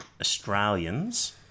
Australians